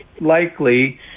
likely